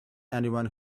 anyone